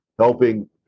helping